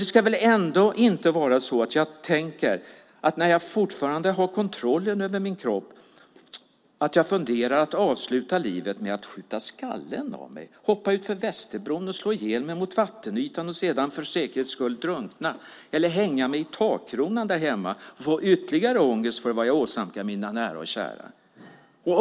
Det ska väl ändå inte vara så att jag, när jag fortfarande har kontrollen över min kropp, funderar på att avsluta livet genom att skjuta skallen av mig, hoppa från Västerbron och slå ihjäl mig mot vattenytan och sedan för säkerhets skull drunkna eller hänga mig i takkronan hemma och få ytterligare ångest över vad jag åsamkar mina nära och kära.